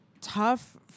tough